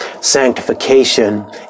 sanctification